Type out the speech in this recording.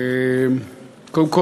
קודם כול,